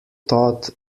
taught